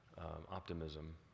optimism